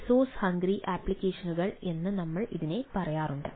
resource hungry ആപ്ലിക്കേഷനുകൾ എന്ന് നമ്മൾ പറയാറില്ലേ